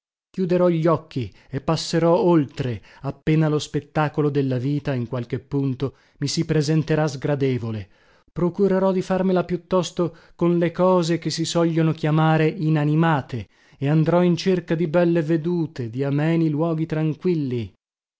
chiuderò gli occhi e passerò oltre appena lo spettacolo della vita in qualche punto mi si presenterà sgradevole procurerò di farmela più tosto con le cose che si sogliono chiamare inanimate e andrò in cerca di belle vedute di ameni luoghi tranquilli